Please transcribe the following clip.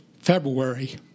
February